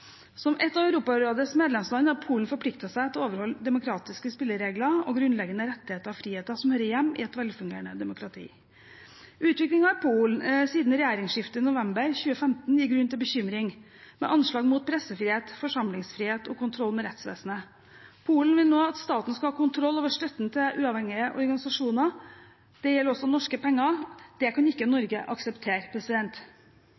Som et av Europarådets medlemsland har Polen forpliktet seg til å overholde demokratiske spilleregler og grunnleggende rettigheter og friheter som hører hjemme i et velfungerende demokrati. Utviklingen i Polen siden regjeringsskiftet i november 2015 gir grunn til bekymring, med anslag mot pressefrihet, forsamlingsfrihet og kontroll med rettsvesenet. Polen vil nå at staten skal ha kontroll over støtten til uavhengige organisasjoner. Det gjelder også norske penger. Det kan Norge ikke